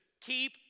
Keep